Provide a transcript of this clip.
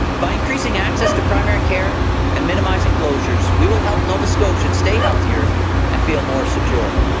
by increasing access to primary care and minimizing closures, we will help nova scotians stay healthier and feel more secure.